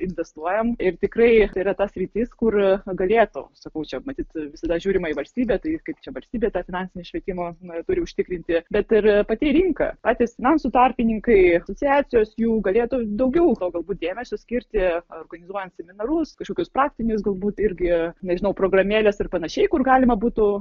investuojam ir tikrai yra ta sritis kur na nugalėtų sakau čia matyt visada žiūrima į valstybę tai kaip čia valstybė tą finansinis švietimą na turi užtikrinti bet ir pati rinka patys finansų tarpininkai asociacijos jų galėtų daugiau galbūt dėmesio skirti organizuojant seminarus kažkokius praktinius galbūt irgi nežinau programėles ir panašiai kur galima būtų